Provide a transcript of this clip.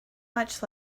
much